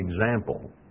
example